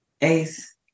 ace